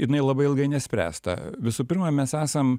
jinai labai ilgai nespręsta visų pirma mes esam